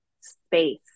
space